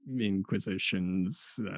Inquisitions